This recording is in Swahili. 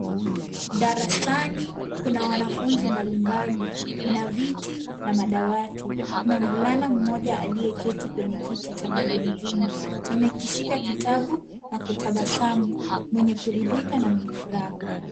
Darasani kuna wanafunzi mbalimbali, mna viti na madawati. Kuna mvulana mmoja aliyeketi kwenye kiti cha magurudumu . Amekishika kitabu na kutabasamu, mwenye kuridhika na mwenye furaha.